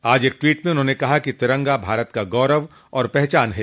आज एक ट्वीट में उन्होंने कहा कि तिरंगा भारत का गौरव और पहचान है